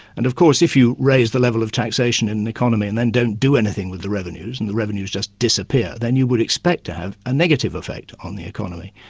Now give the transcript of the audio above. and of course if you raise the level of taxation in an economy and then don't do anything with the revenues and the revenues just disappear, then you would expect to have a negative effect on the economy.